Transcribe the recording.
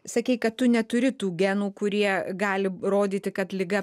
sakei kad tu neturi tų genų kurie gali rodyti kad liga